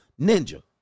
ninja